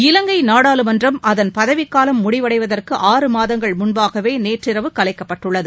இலங்கைநாடாளுமன்றம் அதன் பதவிக்காலம் முடிவடைவதற்கு ஆறு மாதங்கள் முன்பாகநேற்றிரவு கலைக்கப்பட்டுள்ளது